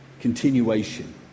continuation